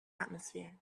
atmosphere